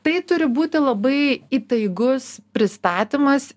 tai turi būti labai įtaigus pristatymas